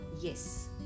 yes